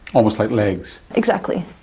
almost like legs. exactly.